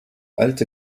alte